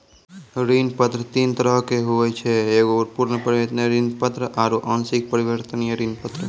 ऋण पत्र तीन तरहो के होय छै एगो पूर्ण परिवर्तनीय ऋण पत्र आरु आंशिक परिवर्तनीय ऋण पत्र